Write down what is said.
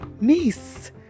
niece